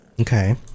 Okay